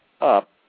up